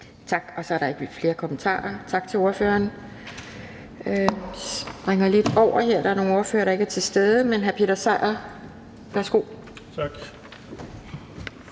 Så er der ikke flere kommentarer. Tak til ordføreren. Vi går videre, og der er nogle ordførere, der ikke er til stede, så det er hr. Peter Seier. Værsgo. Kl.